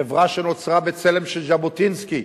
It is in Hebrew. חברה שנוצרה בצלם של ז'בוטינסקי,